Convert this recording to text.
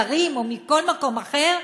זרים או מכל מקום אחר?